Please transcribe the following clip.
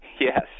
Yes